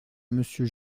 monsieur